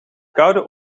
koude